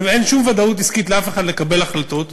ואין שום ודאות עסקית לאף אחד לקבל החלטות.